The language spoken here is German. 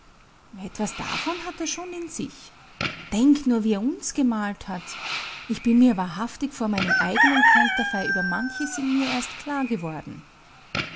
etwas davon hat er schon in sich denk nur wie er uns gemalt hat ich bin mir wahrhaftig vor meinem eigenen konterfei über manches in mir erst klar geworden